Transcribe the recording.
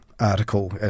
article